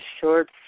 short